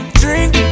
drink